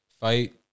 fight